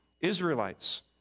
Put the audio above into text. Israelites